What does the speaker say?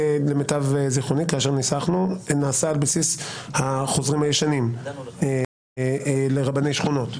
למיטב זכרוני מחוזרי מנכ"ל הישנים לרבני שכונות.